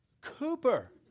Cooper